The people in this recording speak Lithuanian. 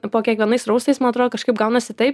po kiekvienais raustais man atrodo kažkaip gaunasi taip